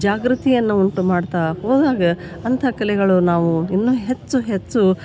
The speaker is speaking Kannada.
ಜಾಗೃತಿಯನ್ನು ಉಂಟು ಮಾಡ್ತಾ ಹೋದಾಗ ಅಂತ ಕಲೆಗಳು ನಾವು ಇನ್ನು ಹೆಚ್ಚು ಹೆಚ್ಚು